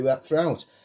throughout